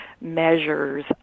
measures